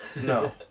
No